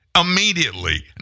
Immediately